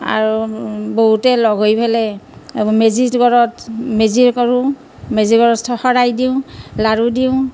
আৰু বহুতে লগ হৈ পেলাই মেজি ঘৰত মেজি কৰোঁ মেজি ঘৰত শৰাই দিওঁ লাৰু দিওঁ